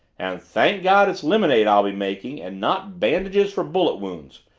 and thank god it's lemonade i'll be making and not bandages for bullet wounds!